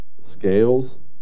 Scales